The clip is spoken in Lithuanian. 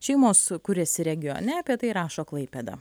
šeimos kuriasi regione apie tai rašo klaipėda